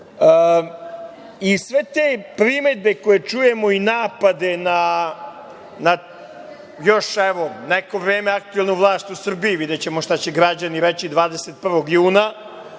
i sve te primedbe koje čujemo i napade na još neko vreme aktuelnu vlast u Srbiji, videćemo šta će građani reći 21. juna…